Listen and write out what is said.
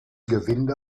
gewinde